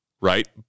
right